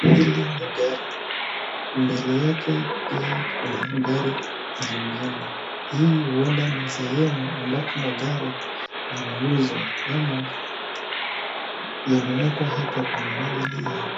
Hili ni gari. Mbele yake pia kuna gari zingine. Hii huenda ni sehemu ambapo magari yanauzwa ama yamewekwa hapa kwa minajili ya